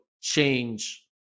change